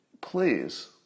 Please